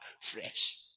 fresh